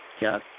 Yes